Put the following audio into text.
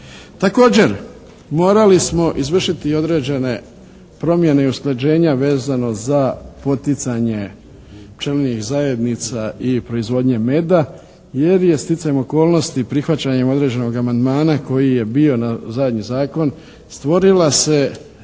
Također, morali smo izvršiti i određene promjene i usklađenja vezano za poticanje pčelnih zajednica i proizvodnje meda jer je sticajem okolnosti i prihvaćanjem određenog amandmana koji je bio na zadnji zakon stvorila se